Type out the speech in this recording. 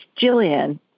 Jillian